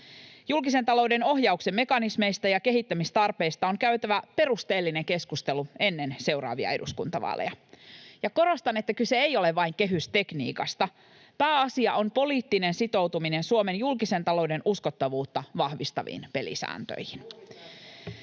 Julkisen talouden ohjauksen mekanismeista ja kehittämistarpeista on käytävä perusteellinen keskustelu ennen seuraavia eduskuntavaaleja, ja korostan, että kyse ei ole vain kehystekniikasta: pääasia on poliittinen sitoutuminen Suomen julkisen talouden uskottavuutta vahvistaviin pelisääntöihin.